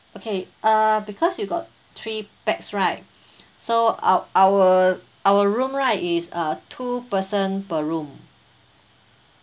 okay uh because you got three pax right so ou~ our our room right is uh two person per room